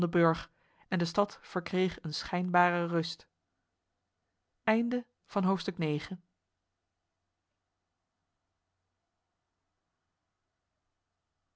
burg en de stad verkreeg een schijnbare rust